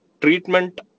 treatment